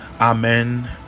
amen